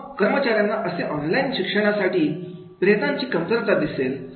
मग कर्मचाऱ्यांमध्ये असे ऑनलाईन शिकण्यासाठी प्रेरणांची कमतरता दिसेल